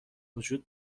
وجود